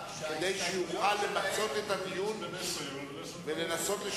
שהוא היה שר האוצר והיה ראש ממשלה ואימץ את